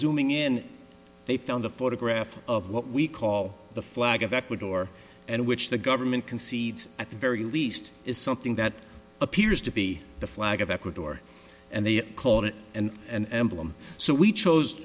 zooming in they found a photograph of what we call the flag of ecuador and which the government concedes at the very least is something that appears to be the flag of ecuador and they called it an an emblem so we chose